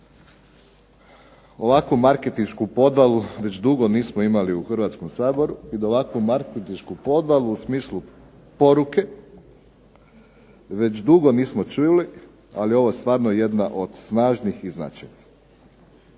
ovakvu marketinšku podvalu već dugo nismo imali u Hrvatskom saboru i da ovakvu marketinšku podvalu u smislu poruke već dugo nismo čuli, al je ovo stvarno jedna od snažnih i značajnih.